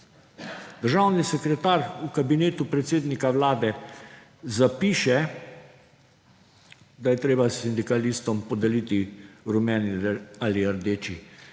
Državni sekretar v Kabinetu predsednika Vlade zapiše, da je treba sindikalistom podeliti rumeni ali rdeči